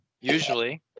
usually